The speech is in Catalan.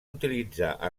utilitzar